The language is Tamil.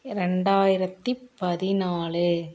ரெண்டாயிரத்தி பதினாலு